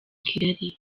kigali